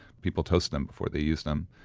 people toast them before they use them,